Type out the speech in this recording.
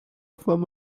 from